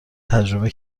تجربه